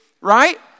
Right